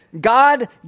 God